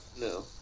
No